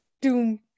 doom